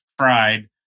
tried